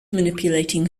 manipulating